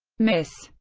miss,